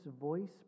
voice